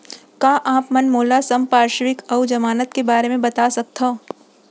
का आप मन मोला संपार्श्र्विक अऊ जमानत के बारे म बता सकथव?